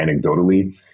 anecdotally